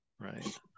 right